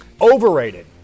Overrated